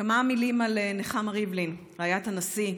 כמה מילים על נחמה ריבלין, רעיית הנשיא,